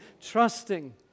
Trusting